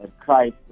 Christ